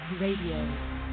radio